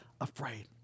afraid